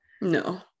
No